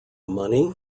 money